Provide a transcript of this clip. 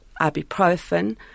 ibuprofen